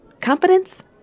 Confidence